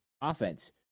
offense